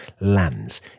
lands